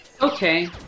Okay